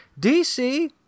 DC